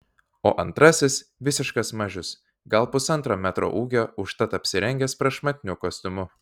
o antrasis visiškas mažius gal pusantro metro ūgio užtat apsirengęs prašmatniu kostiumu